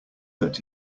that